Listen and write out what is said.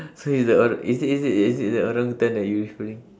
so he's the or~ is it is it is it the orangutan that you referring